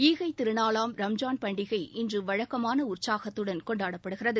ஈகைத் திருநாளாம் ரம்ஜான் பண்டிகை இன்று வழக்கமான உற்சாகத்துடன் கொண்டாடப்படுகிறது